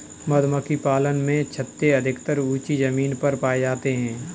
मधुमक्खी पालन में छत्ते अधिकतर ऊँची जमीन पर पाए जाते हैं